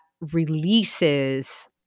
releases